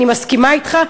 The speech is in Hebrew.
אני מסכימה אתך,